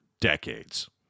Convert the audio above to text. decades